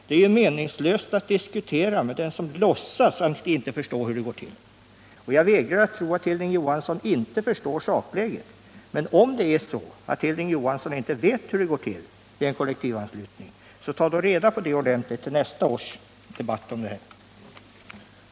Det är meningslöst att diskutera med den som låtsas att han inte förstår hur det går till. Jag vägrar att tro att Hilding Johansson inte förstår sakläget. Men om det är så att Hilding Johansson inte vet hurdet går till vid en kollektivanslutning, så ta då reda på det ordentligt till nästa års debatt om denna fråga.